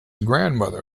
grandmother